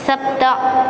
सप्त